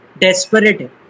desperate